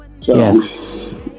Yes